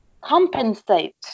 compensate